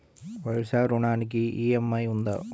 వ్యవసాయ ఋణానికి ఈ.ఎం.ఐ ఉందా?